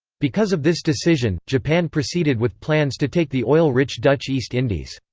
because of this decision, japan proceeded with plans to take the oil-rich dutch east indies.